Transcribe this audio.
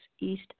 East